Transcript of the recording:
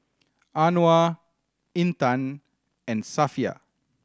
Anuar Intan and Safiya